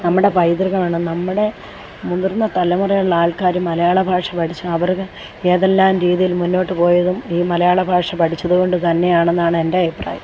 നമ്മുടെ പൈതൃകമാണ് നമ്മുടെ മുതിർന്ന തലമുറയിലുള്ള ആൾക്കാരും മലയാള ഭാഷ പഠിച്ച അവര്ക്ക് ഏതെല്ലാം രീതിയിൽ മുന്നോട്ടുപോയതും ഈ മലയാളഭാഷ പഠിച്ചതുകൊണ്ടു തന്നെയാണെന്നാണ് എൻ്റെ അഭിപ്രായം